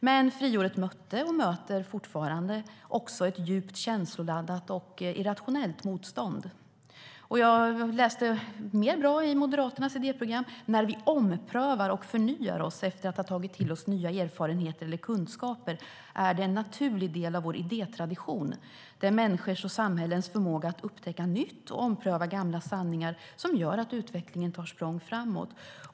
Men friåret mötte och möter fortfarande också ett djupt känsloladdat och irrationellt motstånd. Jag läste fler bra saker i Moderaternas idéprogram: "När vi omprövar och förnyar oss efter att ha tagit till oss nya erfarenheter eller kunskaper är det en naturlig del av vår idétradition. Det är människors och samhällens förmåga att upptäcka nytt och ompröva gamla sanningar som gör att utvecklingen tar språng framåt."